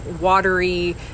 watery